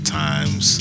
times